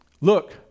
Look